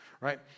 right